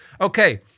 Okay